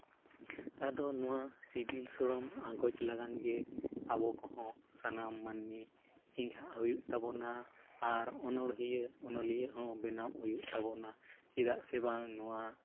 ᱟᱫᱚ ᱱᱚᱣᱟ ᱥᱤᱵᱤᱞ ᱥᱚᱲᱚᱢ ᱟᱸᱜᱚᱪ ᱞᱟᱹᱜᱤᱫ ᱜᱮ ᱟᱵᱚ ᱠᱚᱦᱚᱸ ᱥᱟᱱᱟᱢ ᱢᱟᱹᱱᱢᱤ ᱪᱮᱸᱜᱷᱟᱜ ᱦᱩᱭᱩᱜ ᱛᱟᱵᱚᱱᱟ ᱟᱨ ᱚᱱᱚᱲᱦᱤᱭᱟᱹ ᱚᱱᱚᱞᱤᱭᱟᱹᱦᱚᱸ ᱵᱮᱱᱟᱜ ᱦᱩᱭᱩᱜ ᱛᱟᱵᱚᱱᱟ ᱪᱮᱫᱟᱜ ᱥᱮ ᱵᱟᱝ ᱱᱚᱣᱟ